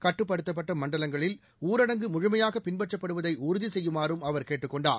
கட்டுப்படுத்தப்பட்ட மண்டலங்களில் ஊரடங்கு முழுமையாக பின்பற்றப்படுவதை உறுதி செய்யுமாறும் அவர் கேட்டுக் கொண்டார்